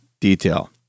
detail